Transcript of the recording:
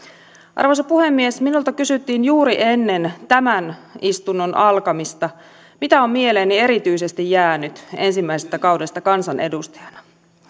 arvoisa puhemies minulta kysyttiin juuri ennen tämän istunnon alkamista mitä on mieleeni erityisesti jäänyt ensimmäisestä kaudesta kansanedustajana